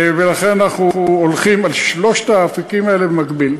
ולכן, אנחנו הולכים על שלושת האפיקים האלה במקביל.